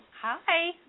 Hi